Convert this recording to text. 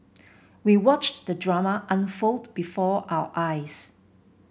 we watched the drama unfold before our eyes